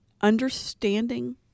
understanding